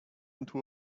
into